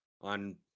on